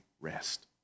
rest